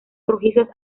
rojizos